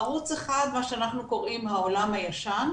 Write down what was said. ערוץ אחד שאנחנו קוראים לו העולם הישן,